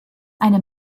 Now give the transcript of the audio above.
eine